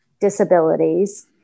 disabilities